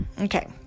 Okay